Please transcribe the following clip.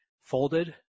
folded